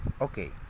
okay